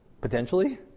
potentially